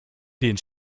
den